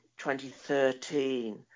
2013